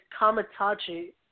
Kamitachi